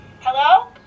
Hello